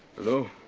hello.